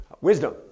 wisdom